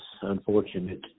unfortunate